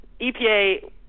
EPA